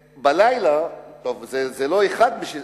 בלילה, זה לא אחד שסיפר,